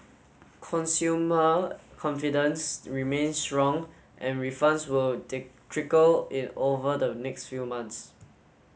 consumer confidence remains strong and refunds will take trickle in over the next few months